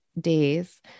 days